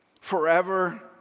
forever